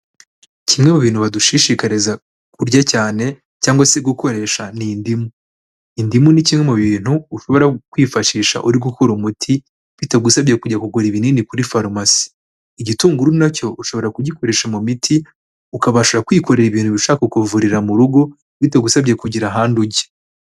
Kimwe mu bintu badushishikariza kurya cyane cyangwa se gukoresha ni indimu. Indimu ni kimwe mu bintu ushobora kwifashisha uri gukora umuti bitagusabye kujya kugura ibinini kuri farumasi. Igitunguru na cyo ushobora kugikoresha mu miti, ukabasha kwikorera ibintu bishobora kukuvurira mu rugo bitagusabye kugira ahandi ujya.